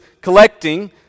collecting